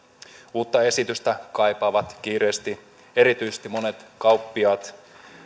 uutta esitystä kaipaavat kiireesti erityisesti monet kauppiaat